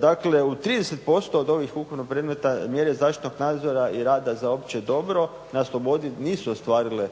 Dakle, u 30% od ovih ukupno predmeta mjere zaštitnog nadzora i rada za opće dobro na slobodi nisu ostvarile